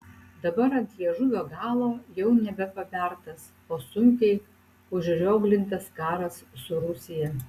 dabar ant liežuvio galo jau nebe pabertas o sunkiai užrioglintas karas su rusija